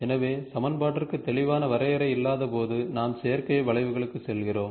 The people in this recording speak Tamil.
எனவே சமன்பாட்டிற்கு தெளிவான வரையறை இல்லாதபோது நாம் செயற்கை வளைவுகளுக்கு செல்கிறோம்